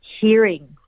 hearing